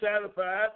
satisfied